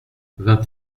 vingt